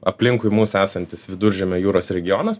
aplinkui mus esantis viduržemio jūros regionas